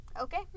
Okay